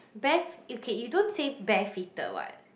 bare fee~ okay you don't say bare feeted what